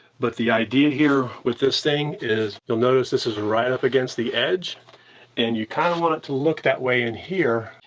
but the idea here with this thing is, you'll notice this as right up against the edge and you kind of want it to look that way in here.